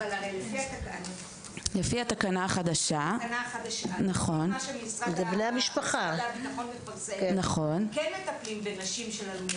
לפי התקנה החדשה --- כן מטפלים בנשים.